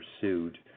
pursued